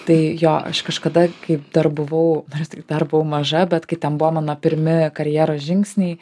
tai jo aš kažkada kai dar buvau nors tik dar buvau maža bet kai ten buvo mano pirmi karjeros žingsniai